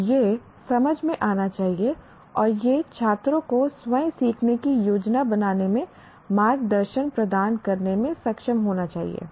तो यह समझ में आना चाहिए और यह छात्रों को स्वयं सीखने की योजना बनाने में मार्गदर्शन प्रदान करने में सक्षम होना चाहिए